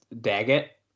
Daggett